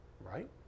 Right